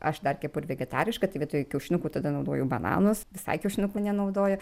aš dar kepu ir vegetarišką tai vietoj kiaušinukų tada naudoju bananus visai kiaušinukų nenaudoju